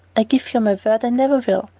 i give you my word i never will,